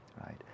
right